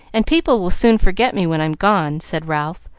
and people will soon forget me when i'm gone, said ralph,